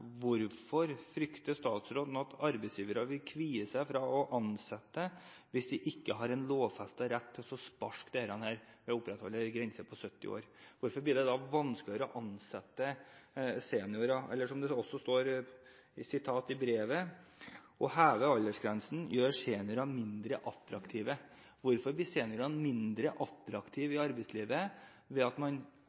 hvorfor hun frykter at arbeidsgivere vil kvie seg for å ansette hvis de ikke har en lovfestet rett til å sparke disse ved å opprettholde en grense på 70 år? Hvorfor blir det da vanskeligere å ansette seniorer – eller som det står: Å heve aldersgrensen gjør seniorer mindre attraktive. Hvorfor blir seniorene mindre attraktive i arbeidslivet ved at man